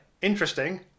interesting